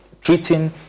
treating